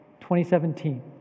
2017